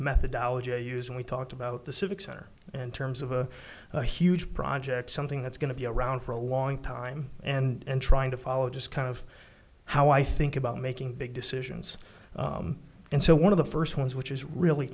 methodology i use when we talked about the civic center in terms of a huge project something that's going to be around for a long time and trying to follow just kind of how i think about making big decisions and so one of the first ones which is really